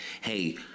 hey